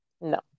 No